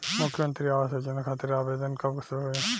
मुख्यमंत्री आवास योजना खातिर आवेदन कब से होई?